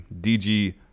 DG